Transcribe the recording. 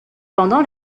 pendant